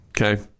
Okay